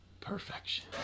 perfection